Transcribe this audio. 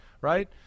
right